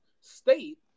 State